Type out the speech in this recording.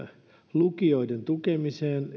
lukioiden tukemiseen